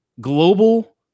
global